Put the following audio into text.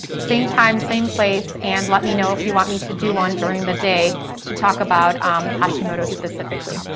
same time, same place, and let me know if you want me to do one during the day to talk about hashimoto's specifically.